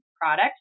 Product